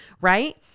right